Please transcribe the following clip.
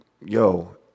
yo